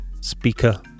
speaker